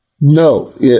no